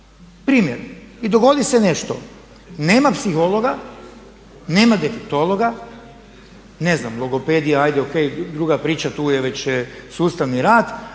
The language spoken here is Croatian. primjer. I dogodi se nešto. Nema psihologa, nema defektologa, ne znam logopedi hajde o.k. druga priča tu je već sustavni rad.